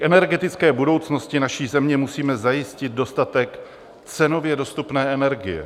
K energetické budoucnosti naší země musíme zajistit dostatek cenově dostupné energie.